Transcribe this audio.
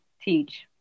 Teach